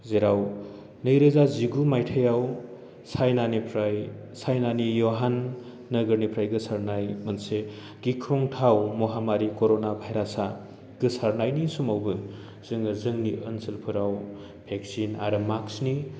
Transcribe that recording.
जेराव नैरोजा जिगु मायथाइआव चाइनानिफ्राय चाइनानि इउहान नोगोरनिफ्राय गोसारनाय मोनसे गिख्रंथाव महामारि कर'ना भाइरासा गोसारनायनि समावबो जोङो जोंनि ओनसोलफोराव भेक्सिन आरो मास्कनि